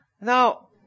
Now